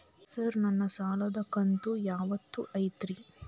Sir ನನ್ನ ಸಾಲದ ಕಂತು ಯಾವತ್ತೂ ಐತ್ರಿ?